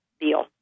deal